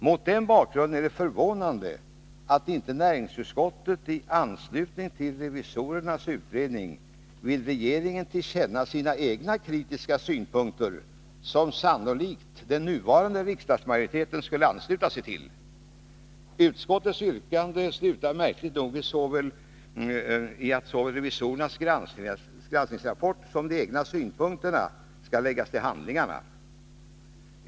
Mot den bakgrunden är det förvånande att inte näringsutskottet, i anslutning till revisorernas utredning, vill ge regeringen till känna sina egna kritiska synpunkter, vilka den nuvarande riksdagsmajoriteten sannolikt skulle ansluta sig till. Utskottets yrkande slutar märkligt nog i att såväl revisorernas granskningsrapport som de egna synpunkterna skall läggas till handlingarna!